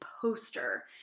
poster